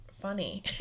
funny